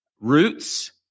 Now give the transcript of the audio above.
Roots